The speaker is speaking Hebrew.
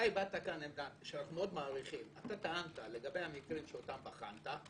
אתה הבעת כאן עמדה שאנחנו מאוד מעריכים לגבי המקרים שאותם בחנת,